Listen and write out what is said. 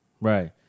Right